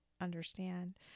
understand